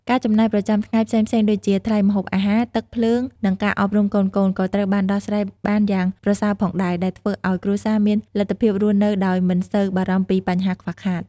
ការចំណាយប្រចាំថ្ងៃផ្សេងៗដូចជា ថ្លៃម្ហូបអាហារ ទឹក ភ្លើង និងការអប់រំកូនៗ ក៏ត្រូវបានដោះស្រាយបានយ៉ាងប្រសើរផងដែរ ដែលធ្វើឱ្យគ្រួសារមានលទ្ធភាពរស់នៅដោយមិនសូវបារម្ភពីបញ្ហាខ្វះខាត។